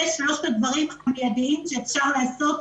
אלה שלושת הדברים המיידיים שאפשר לעשות.